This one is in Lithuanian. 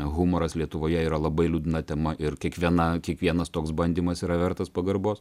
humoras lietuvoje yra labai liūdna tema ir kiekviena kiekvienas toks bandymas yra vertas pagarbos